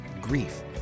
grief